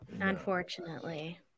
unfortunately